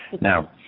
Now